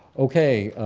okay,